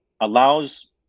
allows